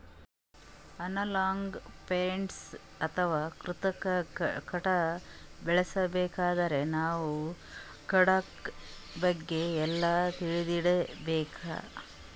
analogue forestry ಅಥವಾ ಕೃತಕ್ ಕಾಡ್ ಬೆಳಸಬೇಕಂದ್ರ ನಾವ್ ಕಾಡ್ ಬಗ್ಗೆ ಎಲ್ಲಾ ತಿಳ್ಕೊಂಡಿರ್ಬೇಕ್